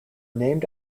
named